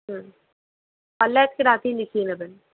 হুম পারলে আজকে রাতেই লিখিয়ে নেবেন